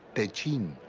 techint,